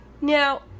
Now